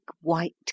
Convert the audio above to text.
white